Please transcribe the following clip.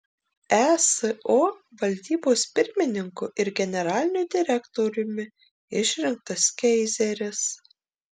eso valdybos pirmininku ir generaliniu direktoriumi išrinktas keizeris